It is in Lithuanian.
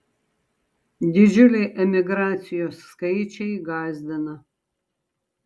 didžiuliai emigracijos skaičiai gąsdina